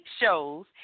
shows